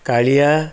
Kalia